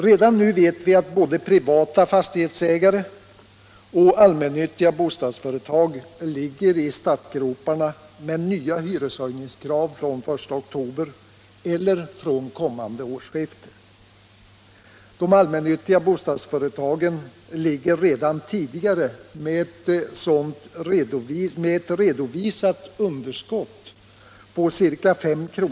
Redan nu vet vi att både privata fastighetsägare och allmännyttiga bostadsföretag ligger i startgroparna med nya hyreshöjningskrav från den 1 oktober eller från kommande årsskifte. De allmännyttiga bostadsföretagen ligger redan tidigare med ett redovisat underskott på ca 5 kr.